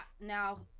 now